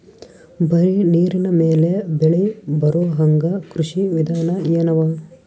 ಬರೀ ನೀರಿನ ಮೇಲೆ ಬೆಳಿ ಬರೊಹಂಗ ಕೃಷಿ ವಿಧಾನ ಎನವ?